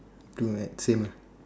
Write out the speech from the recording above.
two man same lah